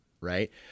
Right